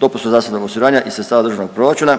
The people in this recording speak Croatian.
dopunskog zdravstvenog osiguranja iz sredstava državnog proračuna